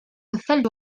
الثلج